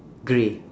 grey